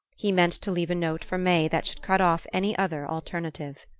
he meant to leave a note for may that should cut off any other alternative.